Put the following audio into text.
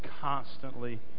constantly